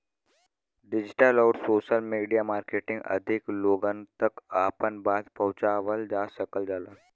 digital आउर social media marketing अधिक लोगन तक आपन बात पहुंचावल जा सकल जाला